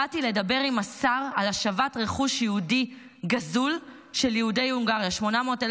באתי לדבר עם השר על השבת רכוש יהודי גזול של יהודי הונגריה,